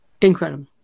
incredible